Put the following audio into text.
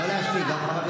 לא להשתיק.